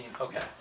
okay